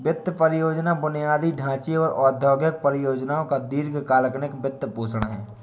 वित्त परियोजना बुनियादी ढांचे और औद्योगिक परियोजनाओं का दीर्घ कालींन वित्तपोषण है